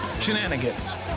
Shenanigans